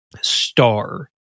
star